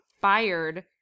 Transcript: fired